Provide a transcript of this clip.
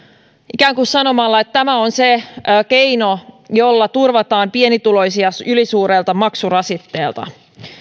ikään kuin sanomalla että tämä on se keino jolla turvataan pienituloisia ylisuurelta maksurasitteelta